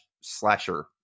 slasher